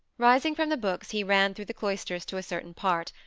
rising from the books he ran through the cloisters to a certain part,